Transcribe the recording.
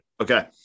Okay